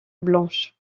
blanches